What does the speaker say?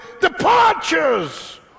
departures